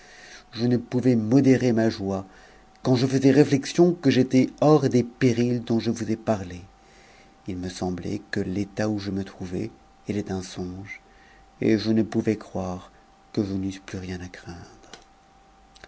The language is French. je ne pouvais modérer ma joie quand je faisais réflexion que j'étais hors des périls dont je vous ai parlé i me semblait que l'état où je me trouvais était un songe et je ne pouvais croire que je n'eusse plus rien à craindre